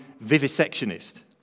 vivisectionist